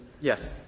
Yes